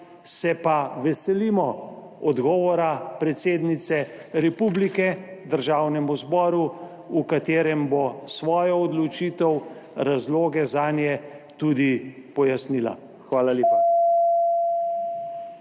se pa veselimo odgovora predsednice republike Državnemu zboru, v katerem bo svojo odločitev, razloge zanje tudi pojasnila. Hvala lepa.